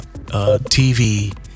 TV